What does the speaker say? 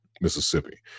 Mississippi